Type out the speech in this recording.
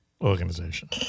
organization